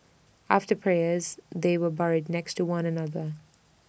after prayers they were buried next to one another